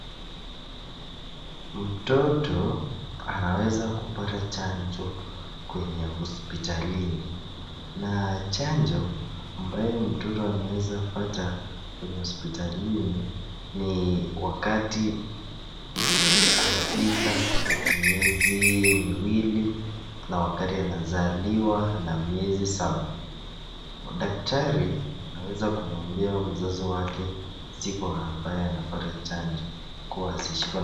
Mtoto anaweza kupata chanjo kwenye hospitalini. Na chanjo ambayo mtoto anaweza pata kwenye hospitalini ni wakati amefika miezi miwili, na wakati anazaliwa na miezi saba. Daktari anaweza kumwambia mzazi wake siku ambayo anapata chanjo kwa asi.